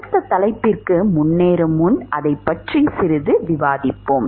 அடுத்த தலைப்புக்கு முன்னேறும் முன் அதைப் பற்றி சிறிது விவாதிப்போம்